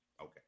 Okay